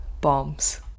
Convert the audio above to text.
Bombs